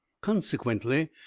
Consequently